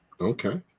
Okay